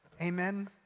Amen